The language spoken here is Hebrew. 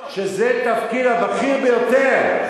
שזה התפקיד הבכיר ביותר,